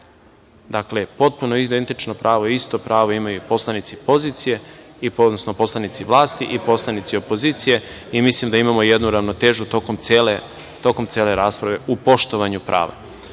potpuno identično pravo, isto prava imaju poslanici pozicije, odnosno poslanici vlasti i poslanici opozicije. Mislim da imamo jednu ravnotežu tokom cele rasprave u poštovanju prava. Kolega